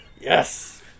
Yes